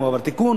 האם עבר תיקון,